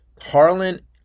Harlan